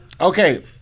Okay